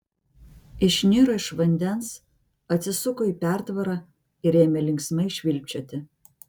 išniro iš vandens atsisuko į pertvarą ir ėmė linksmai švilpčioti